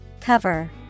Cover